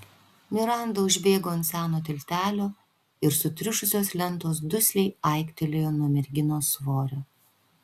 miranda užbėgo ant seno tiltelio ir sutriušusios lentos dusliai aiktelėjo nuo merginos svorio